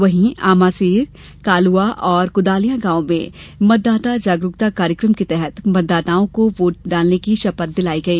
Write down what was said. वहीं आमासेर कालुआ और कुदालिया गांव में मतदाता जागरूकता कार्यक्रम के तहत मतदाताओं को वोट करने की शपथ दिलाई गई